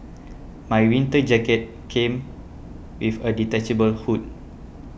my winter jacket came with a detachable hood